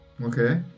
okay